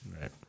Right